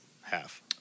half